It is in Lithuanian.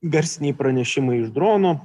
garsiniai pranešimai iš dronų